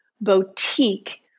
boutique